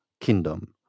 kingdom